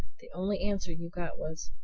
the only answer you got was,